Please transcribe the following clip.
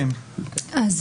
המציגים מטעם משרד המשפטים.